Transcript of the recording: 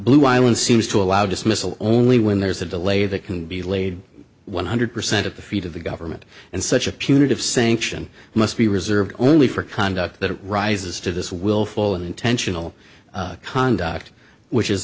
blue island seems to allow dismissal only when there's a delay that can be laid one hundred percent of the feet of the government and such a punitive sanction must be reserved only for conduct that rises to this willful and intentional conduct which is